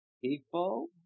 People